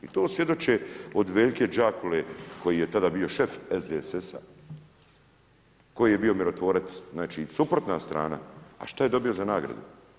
I to svjedoče od Veljke Đakule koji je tada bio šef SDSS-a, koji je bio mirotvorac, znači suprotna strana, a šta je dobio za nagradu?